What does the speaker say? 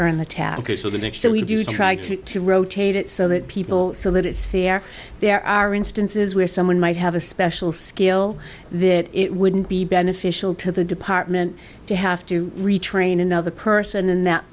next so we do try to to rotate it so that people so that it's fair there are instances where someone might have a special skill that it wouldn't be beneficial to the department to have to retrain another person and that